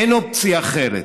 אין אופציה אחרת.